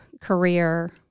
career